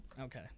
Okay